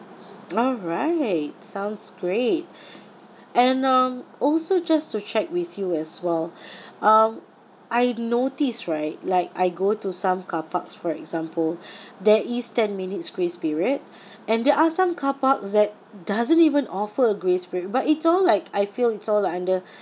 all right sounds great and um also just to check with you as well um I notice right like I go to some car parks for example there is ten minutes grace period and there are some car parks that doesn't even offer grace period but it's all like I feel it's all under